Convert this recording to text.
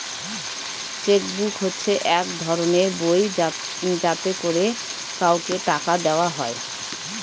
check book হচ্ছে এক ধরনের বই যাতে করে কাউকে টাকা দেওয়া হয়